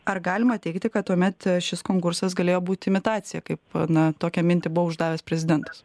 ar galima teigti kad tuomet šis konkursas galėjo būt imitacija kaip na tokią mintį buvo uždavęs prezidentas